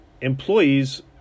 employees